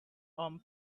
own